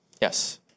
Yes